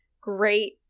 great